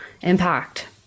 impact